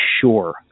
sure